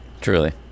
Truly